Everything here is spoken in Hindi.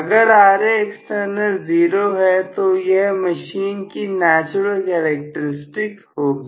अगर Ra एक्सटर्नल 0 है तो यह मशीन की नेचुरल कैरेक्टरिस्टिक होगी